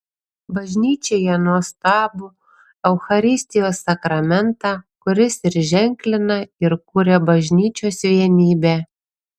bažnyčioje nuostabų eucharistijos sakramentą kuris ir ženklina ir kuria bažnyčios vienybę